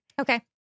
Okay